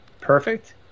perfect